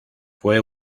fue